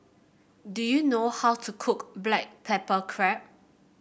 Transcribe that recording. do you know how to cook Black Pepper Crab